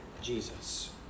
Jesus